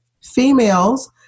Females